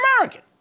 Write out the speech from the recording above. American